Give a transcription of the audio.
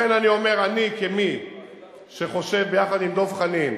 לכן, אני אומר, אני, כמי שחושב יחד עם דב חנין